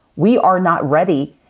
we are not ready,